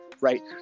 right